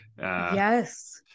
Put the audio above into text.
Yes